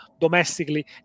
domestically